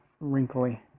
wrinkly